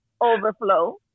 Overflow